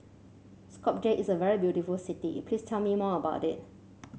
Skopje is a very beautiful city please tell me more about it